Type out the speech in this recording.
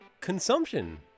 consumption